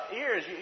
ears